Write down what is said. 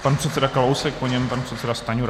Pan předseda Kalousek, po něm pan předseda Stanjura.